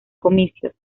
comicios